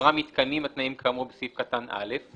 שבחברה מתקיימים התנאים כאמור בסעיף קטן (א),